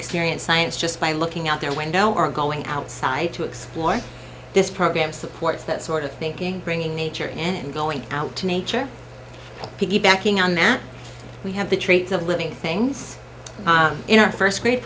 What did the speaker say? experience science just by looking out their window or going outside to explore this program supports that sort of thinking bringing nature and going out to nature piggybacking on that we have the traits of living things in our first grade